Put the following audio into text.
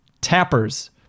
Tappers